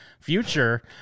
Future